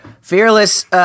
Fearless